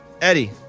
Eddie